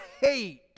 hate